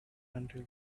until